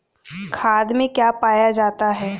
खाद में क्या पाया जाता है?